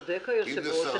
צודק היושב-ראש,